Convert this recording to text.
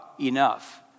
enough